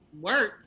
work